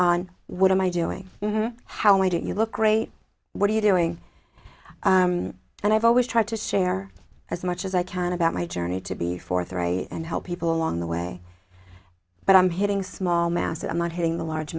on what am i doing how do you look great what are you doing and i've always tried to share as much as i can about my journey to be forthright and help people along the way but i'm hitting small mass and not having the large